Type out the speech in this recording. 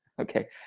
Okay